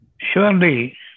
Surely